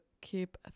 keep